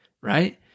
right